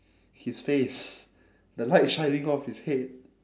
his face the light shining off his head